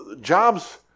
jobs